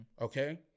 okay